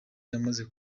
yamaze